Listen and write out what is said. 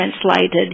translated